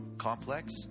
complex